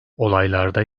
olaylarda